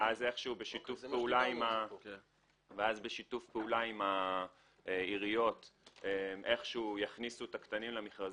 ואז איכשהו בשיתוף פעולה עם העיריות יכניסו את הקטנים למכרזים.